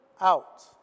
out